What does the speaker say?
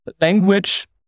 language